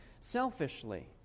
selfishly